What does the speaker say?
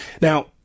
Now